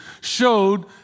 showed